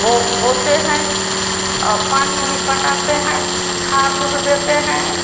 बोते हैं और पानी भी पटाते हैं खाद उद देते हैं